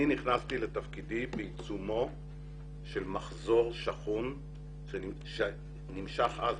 אני נכנסתי לתפקידי בעיצומו של מחזור שחון שנמשך אז,